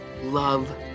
love